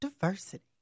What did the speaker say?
Diversity